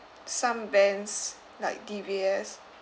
some banks like D_B_S